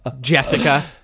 Jessica